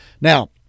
Now